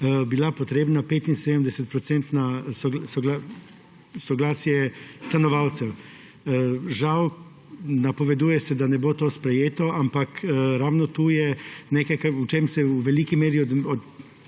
bila potrebna 75 % soglasje stanovalcev. Žal napoveduje se, da ne bo to sprejeto, ampak ravno tukaj je nekaj v čemer se v veliki meri